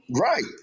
Right